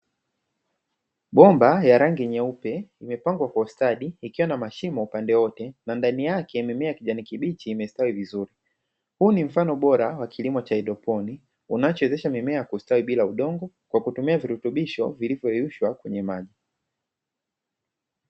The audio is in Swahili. Bomba ya rangi nyeupe imepangwa kwa stadi ikiwa na mashimo upande wote, na ndani yake mimea kijani kibichi imestawi vizuri. Huu ni mfano bora wa kilimo cha haidroponi unachowezesha mimea kustawi bila udongo kwa kutumia virutubisho vilivyo yeyushwa kwenye maji.